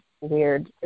weird